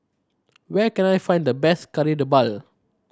where can I find the best Kari Debal